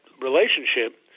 relationship